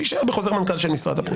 שיישאר בחוזר מנכ"ל של משרד הפנים.